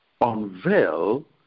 unveil